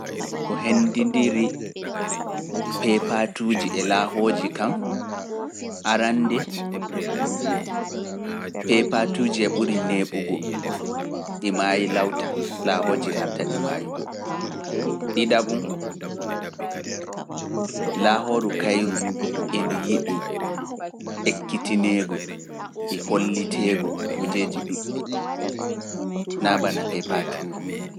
Ko hendindiri peepatuuji e laahooji kam, arande peepatuuji e ɓuri neeɓugo, di maayi lawta, laahooji e arta ɗi maayugo. Ɗiɗabum, laahooru kayru indu yiɗi ekkitineego e holliteego kujeeji ɗuɗɗi naa bana peepatuuji.